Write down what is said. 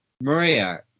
Maria